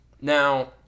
Now